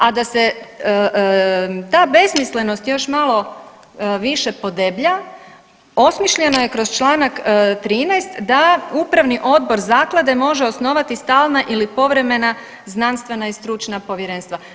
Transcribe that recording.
A da se ta besmislenost još malo više podeblja osmišljena je kroz Članak 13. da upravni odbor zaklade može osnovati stalna ili povremena znanstvena i stručna povjerenstva.